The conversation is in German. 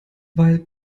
weil